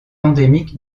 endémique